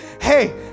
hey